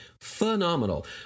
phenomenal